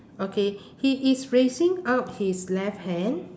okay he he's raising up his left hand